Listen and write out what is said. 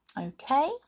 Okay